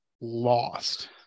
lost